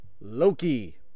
Loki